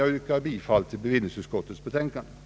Jag ber att få yrka bifall till bevillningsutskottets betänkande nr 8.